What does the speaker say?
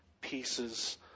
pieces